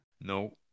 No